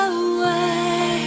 away